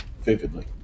Vividly